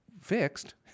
fixed